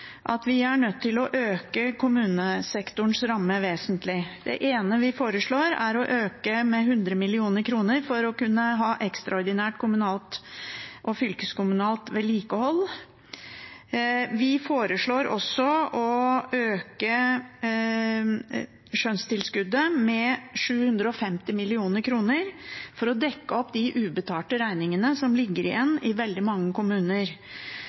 å øke kommunesektorens rammer vesentlig. Det ene vi foreslår, er å øke med 100 mill. kr for å kunne ha ekstraordinært kommunalt og fylkeskommunalt vedlikehold. Vi foreslår også å øke skjønnstilskuddet med 750 mill. kr for å dekke opp de ubetalte regningene som ligger igjen i veldig mange kommuner.